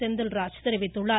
செந்தில்ராஜ் தெரிவித்துள்ளார்